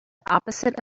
opposite